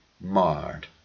marred